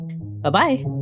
bye-bye